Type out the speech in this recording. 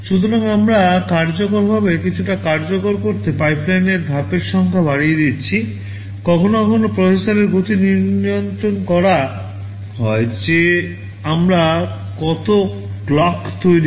সুতরাং আমরা কার্যকরভাবে কিছুটা কার্যকর করতে পাইপলাইনে ধাপের সংখ্যা বাড়িয়ে দিচ্ছি